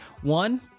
One